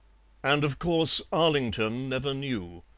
and of course arlington never knew.